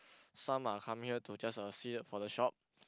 some are come here to just uh see uh for the shop